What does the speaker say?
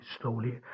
slowly